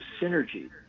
synergy